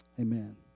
Amen